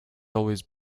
always